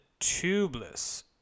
tubeless